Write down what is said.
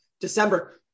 December